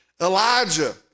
Elijah